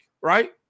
right